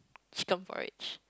chicken porridge